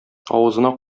авызына